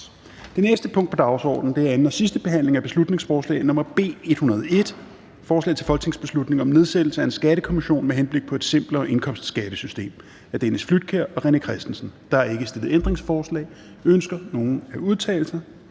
Det næste punkt på dagsordenen er: 7) 2. (sidste) behandling af beslutningsforslag nr. B 101: Forslag til folketingsbeslutning om nedsættelse af en skattekommission med henblik på et simplere indkomstskattesystem. Af Dennis Flydtkjær (DF) og René Christensen (DF). (Fremsættelse 22.02.2022. 1. behandling